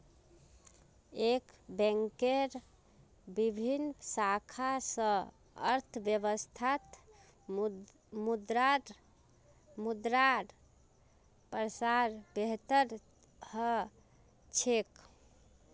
एक बैंकेर विभिन्न शाखा स अर्थव्यवस्थात मुद्रार प्रसार बेहतर ह छेक